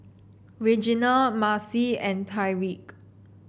Regina Marci and Tyreke